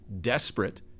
desperate